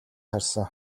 харсан